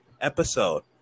episode